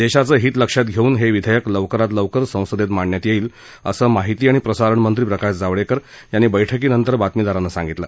देशाचं हित लक्षात घेऊन हे विधेयक लवकरात लवकर संसदेत मांडण्यात येईल असं माहिती आणि प्रसारणमंत्री प्रकाश जावडेकर यांनी बैठकीनंतर बातमीदारांना सांगितलं